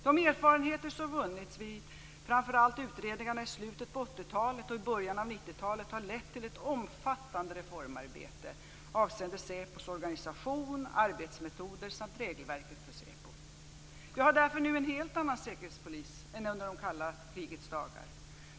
De erfarenheter som vunnits vid framför allt utredningarna i slutet av 80-talet och i början av 90 talet har lett till ett omfattande reformarbete avseende SÄPO:s organisation och arbetsmetoder samt regelverket för SÄPO. Vi har därför nu en helt annan säkerhetspolis än under det kalla krigets dagar.